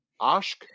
Ashk